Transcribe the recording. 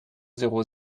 zéro